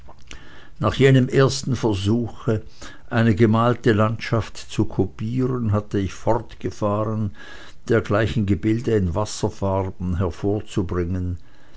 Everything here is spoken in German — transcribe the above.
nach jenem ersten versuche eine gemalte landschaft zu kopieren hatte ich fortgefahren dergleichen gebilde in wasserfarben hervorzubringen